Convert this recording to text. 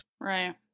Right